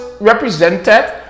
represented